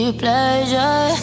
pleasure